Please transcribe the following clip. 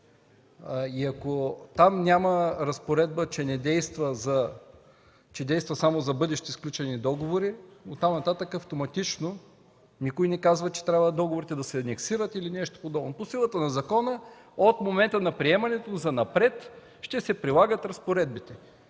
Ако там няма разпоредба, че действа само за бъдещи и сключени договори, оттам нататък – автоматично. Никой не казва, че договорите трябва да се анексират или нещо подобно. По силата на закона от момента на приемането занапред ще се прилагат разпоредбите.